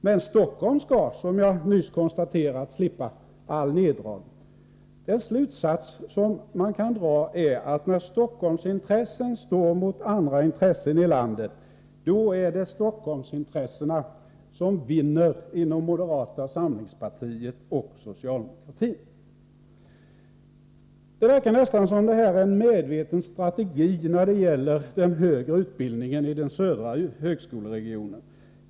Men Stockholm skall, som jag nyss konstaterat, slippa all neddragning. Den slutsats som man kan dra är att när Stockholmsintressen står mot andra intressen i landet, då är det Stockholmsintressena som vinner inom moderata samlingspartiet och socialdemokratin. Det verkar nästan som om det här är en medveten strategi när det gäller den högre utbildningen i den södra högskoleregionen.